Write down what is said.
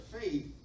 faith